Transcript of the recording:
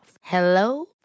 Hello